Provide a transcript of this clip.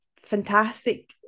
fantastic